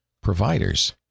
providers